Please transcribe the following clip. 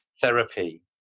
therapy